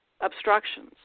obstructions